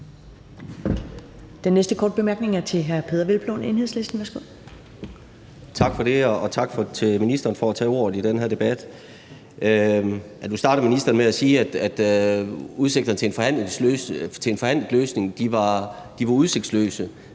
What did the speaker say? Den næste korte bemærkning er til hr. Peder Hvelplund, Enhedslisten. Værsgo. Kl. 11:39 Peder Hvelplund (EL): Tak for det, og tak til ministeren for at tage ordet i den her debat. Nu startede ministeren med at sige, at udsigterne til en forhandlet løsning var udsigtsløse,